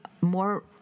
more